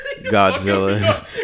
Godzilla